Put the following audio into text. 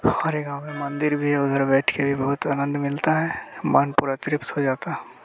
और एक गाँव के मंदिर भी है उधर बैठ के भी बहुत आनंद मिलता है मन पूरा तृप्त हो जाता